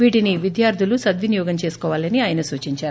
వీటిని విద్యార్లు సద్వినియోగం చేసుకోవాలని ఆయన సూచించారు